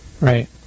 Right